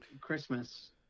christmas